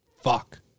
Fuck